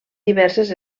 diverses